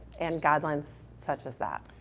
and guidelines such as that.